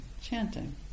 chanting